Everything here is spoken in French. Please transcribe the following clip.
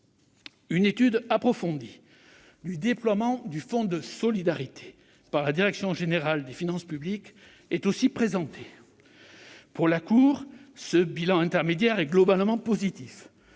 Une étude approfondie du déploiement du fonds de solidarité par la direction générale des finances publiques, la DGFiP, est aussi présentée. Pour la Cour, le bilan intermédiaire est globalement positif